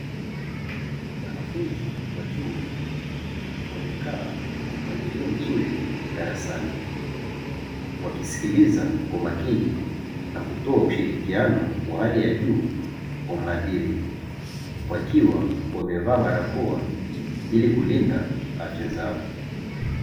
Wanafunzi wachuo wamekaa kwa mpangilio mzuri darasani, wakisikiliza kwa makini na kutoa ushirikiano wa hali ya juu kwa mhadhiri, wakiwa wamevaa barakoa ili kulinda afya zao.